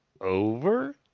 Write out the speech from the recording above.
over